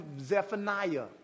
Zephaniah